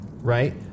right